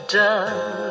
done